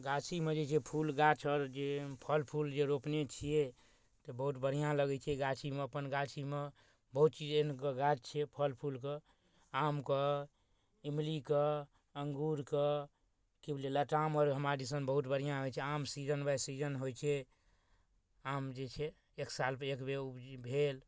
गाछीमे जे जे फूल गाछ रहल जे फल फूल जे रोपने छियै तऽ बहुत बढ़िआँ लगै छै गाछीमे अपन गाछीमे बहुत चीज एहनके गाछ छै फल फूलके आमके इमलीके अङ्गूरके लताम आर हमरा दिसन बहुत बढ़िआँ होइ छै आम सीजन बाइ सीजन होइ छै आम जे छै एक साल पर एक बेर भेल